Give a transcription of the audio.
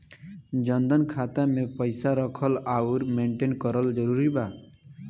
जनधन खाता मे पईसा रखल आउर मेंटेन करल जरूरी बा?